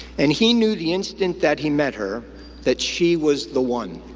and he knew the instant that he met her that she was the one.